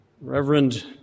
Reverend